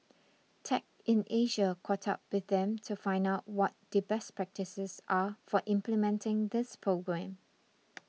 tech in Asia caught up with them to find out what the best practices are for implementing this program